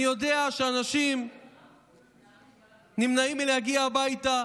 אני יודע שאנשים נמנעים מלהגיע הביתה